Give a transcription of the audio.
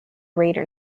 raider